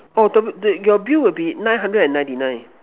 oh to~ the your Bill will be nine hundred and ninety nine